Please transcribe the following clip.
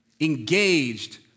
engaged